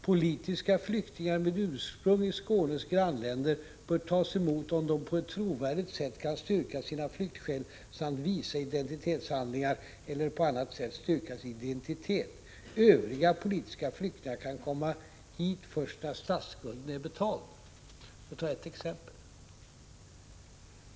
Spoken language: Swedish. Politiska flyktingar med ursprung i Skånes grannländer bör tas emot om de på ett trovärdigt sätt kan styrka sina flyktskäl samt visa identitetshandlingar eller på annat sätt styrka sinidentitet. Övriga politiska flyktingar kan komma hit först när statsskulden är betald. Detta var ett exempel.